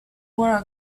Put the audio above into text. were